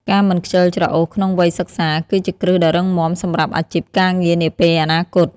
ការមិនខ្ជិលច្រអូសក្នុងវ័យសិក្សា គឺជាគ្រឹះដ៏រឹងមាំសម្រាប់អាជីពការងារនាពេលអនាគត។